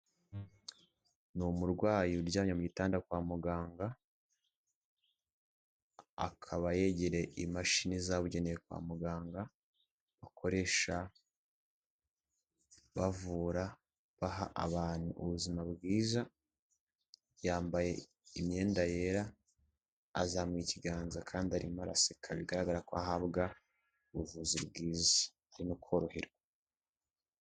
Ni umurwayi uryamye mugitanda kwa muganga, akaba yegereye imashini zabugenewe kwa muganga, bakoresha bavura baha abantu ubuzima bwiza, yambaye imyenda yera azamuye ikiganza kandi arimo araseka bigaragara ko ahabwa ubuvuzi bwiza, arimo koroherwa.